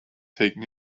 taken